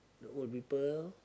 the old people